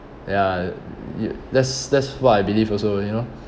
ya y~ that's that's what I believe also you know